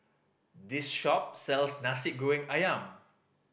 this shop sells Nasi Goreng Ayam